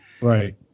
Right